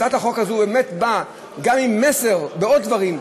הצעת החוק הזאת באמת באה גם עם מסר בעוד דברים.